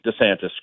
DeSantis